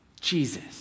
Jesus